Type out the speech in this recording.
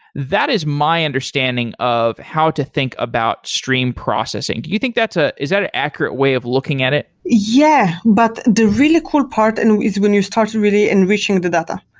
that is my understanding of how to think about steam processing. do you think that's a is that an accurate way of looking at it? yeah, but the really cool part and is when you start really enriching the data.